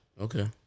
Okay